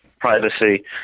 privacy